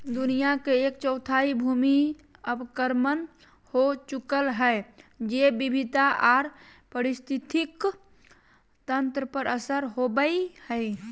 दुनिया के एक चौथाई भूमि अवक्रमण हो चुकल हई, जैव विविधता आर पारिस्थितिक तंत्र पर असर होवई हई